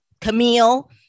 Camille